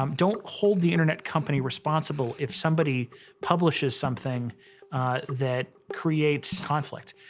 um don't hold the internet company responsible if somebody publishes something that creates conflict,